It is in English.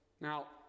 Now